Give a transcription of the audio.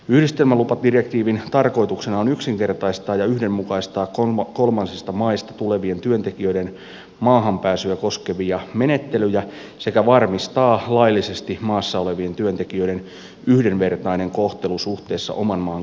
yhdistelmälupadirektiivin tarkoituksena on yksinkertaistaa ja yhdenmukaistaa kolmansista maista tulevien työntekijöiden maahanpääsyä koskevia menettelyjä sekä varmistaa laillisesti maassa olevien työntekijöiden yhdenvertainen kohtelu suhteessa oman maan kansalaisiin